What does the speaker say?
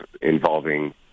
involving